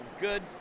good